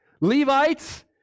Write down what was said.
Levites